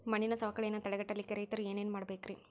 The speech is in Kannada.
ಮಣ್ಣಿನ ಸವಕಳಿಯನ್ನ ತಡೆಗಟ್ಟಲಿಕ್ಕೆ ರೈತರು ಏನೇನು ಮಾಡಬೇಕರಿ?